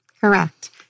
Correct